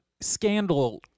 Scandal